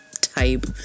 type